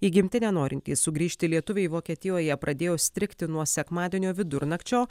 į gimtinę norintys sugrįžti lietuviai vokietijoje pradėjo strigti nuo sekmadienio vidurnakčio